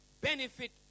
benefit